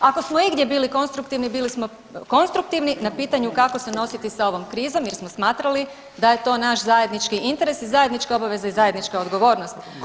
Ako smo igdje bili konstruktivni, bili smo konstruktivni na pitanju kako se nositi sa ovom krizom jer smo smatrali da je to naš zajednički interes i zajednička obaveza i zajednička odgovornost